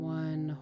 one